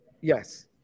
Yes